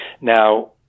Now